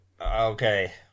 Okay